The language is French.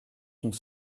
sont